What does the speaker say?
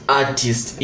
artist